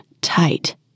tight